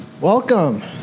Welcome